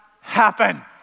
happen